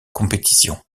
compétition